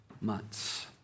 months